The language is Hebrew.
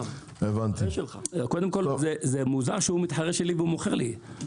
זה מוזר שהוא מתחרה שלי והוא מוכר לי.